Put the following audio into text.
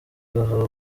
agahabwa